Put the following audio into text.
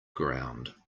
ground